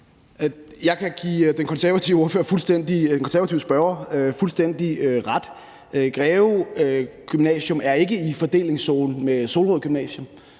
Jeg kan give den konservative spørger fuldstændig ret. Greve Gymnasium er ikke i fordelingszone med Solrød Gymnasium.